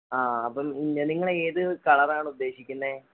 ആ അപ്പം നിങ്ങള് ഏത് കളറാണ് ഉദ്ദേശിക്കുന്നത്